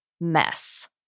mess